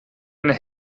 eine